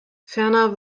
ferner